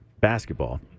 basketball